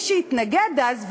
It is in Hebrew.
מי שהתנגד אז,